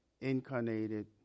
Incarnated